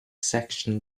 section